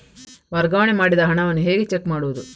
ವರ್ಗಾವಣೆ ಮಾಡಿದ ಹಣವನ್ನು ಹೇಗೆ ಚೆಕ್ ಮಾಡುವುದು?